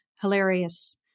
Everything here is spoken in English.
hilarious